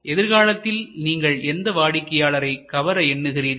எதிர்காலத்தில் நீங்கள் எந்த வாடிக்கையாளரை கவர எண்ணுகிறீர்கள்